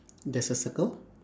there's a circle